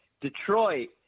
Detroit